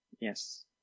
Yes